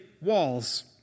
walls